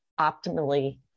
optimally